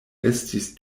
estis